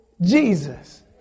Jesus